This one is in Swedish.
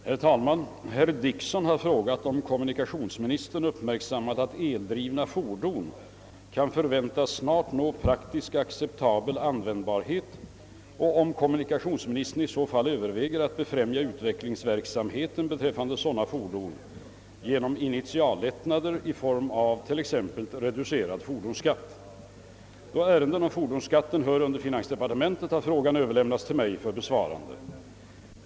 Herr talman! Herr Dickson har frågat, om kommunikationsministern uppmärksammat att el-drivna fordon kan förväntas snart nå praktiskt acceptabel användbarhet och om kommunikationsministern i så fall överväger att befrämja utvecklingsverksamheten beträffande sådana fordon genom initiallättnader i form av t.ex. reducerad fordonsskatt. Då ärenden om fordonsskatten hör under finansdepartementet har frågan överlämnats till mig för besvarande.